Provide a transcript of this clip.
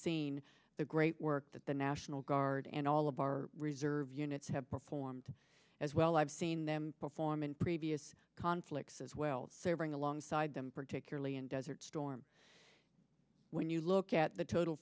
seen the great work that the national guard and all of our reserve units have performed as well i've seen them perform in previous conflicts as well so you bring alongside them particularly in desert storm when you look at the total